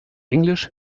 englisch